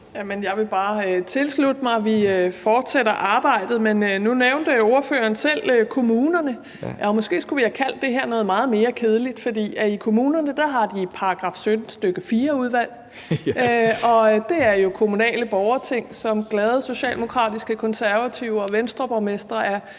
Jeg vil bare tilslutte mig, at vi fortsætter arbejdet. Men nu nævnte ordføreren selv kommunerne, og måske skulle vi have kaldt det her for noget meget mere kedeligt, for i kommunerne har de § 17, stk. 4-udvalg, og det er jo kommunale borgerting, som socialdemokratiske og konservative borgmestre og